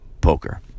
poker